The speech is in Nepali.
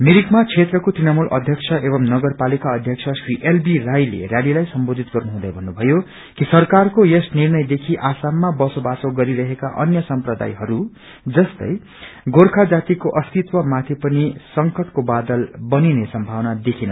मिरिकमा क्षेत्रको तृणमूल अध्यक्षत एव नगरपालिका अध्यक्ष श्री एल बी राई ले र्यालीलाई सम्बोधित गर्नु हुँदै भन्नुभयो कि सरकारको यस निर्णय देखि आसममा बसो बासो गरिरहेका अन्य सम्प्रदायहरू जस्तै गोर्खा जातिको अस्तित्व माथि पनि संकटको बादल बनिने संभावना देखिन्दैछ